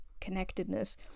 connectedness